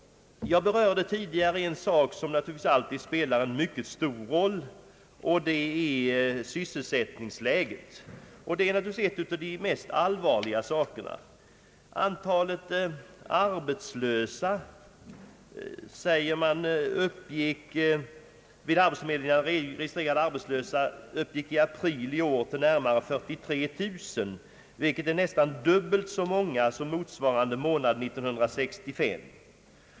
Jag berörde tidigare en fråga som naturligtvis alltid spelar en mycket stor roll, och det är sysselsättningsläget. Detta är en av de mest allvarliga frågorna. Antalet registrerade arbetslösa, säger man, uppgick vid arbetsförmedlingarna i april i år till närmare 43 000, vilket är nästan dubbelt så många som motsvarande månad 1965.